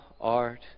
art